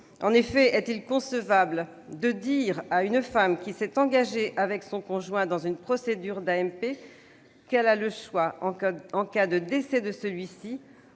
En effet, est-il concevable de dire à une femme qui s'est engagée avec son conjoint dans une procédure d'AMP qu'elle a le choix, en cas de décès de celui-ci,